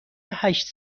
هشت